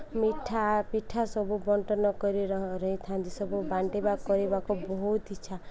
ମିଠା ପିଠା ସବୁ ବଣ୍ଟନ କରି ରହିଥାନ୍ତି ସବୁ ବାଣ୍ଟିବା କରିବାକୁ ବହୁତ ଇଚ୍ଛା